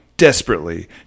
Desperately